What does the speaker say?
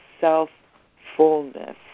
Self-Fullness